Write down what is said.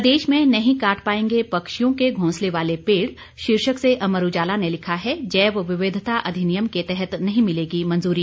प्रदेश में नहीं काट पाएंगे पक्षियों के घोंसले वाले पेड़ शीर्षक से अमर उजाला ने लिखा है जैव विविधता अधिनियम के तहत नहीं मिलेगी मंजूरी